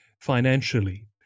financially